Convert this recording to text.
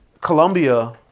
Colombia